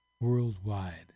worldwide